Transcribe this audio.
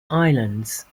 islands